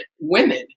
women